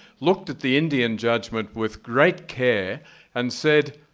looked at the indian judgment with great care and said,